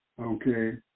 okay